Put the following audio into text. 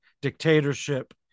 dictatorship